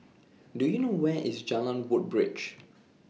Do YOU know Where IS Jalan Woodbridge